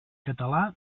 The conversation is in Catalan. català